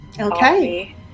Okay